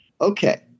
Okay